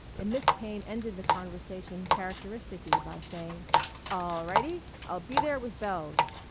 and miss kane ended the conversation characteristically by saying all-ll-ll righty. i'll be there with bells!